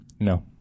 No